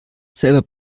selber